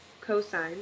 cosine